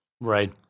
Right